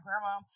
grandma